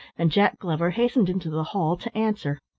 and jack glover hastened into the hall to answer.